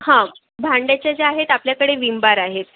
हा भांड्याचे जे आहेत आपल्याकडे विम बार आहेत